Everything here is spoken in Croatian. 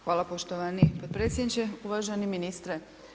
Hvala poštovani podpredsjedniče, uvaženi ministre.